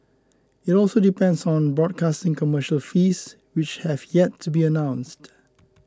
it also depends on the broadcasting commercial fees which have yet to be announced